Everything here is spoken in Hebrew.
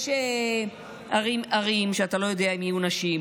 יש ערים שאתה לא יודע אם תהיינה נשים,